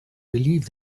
believe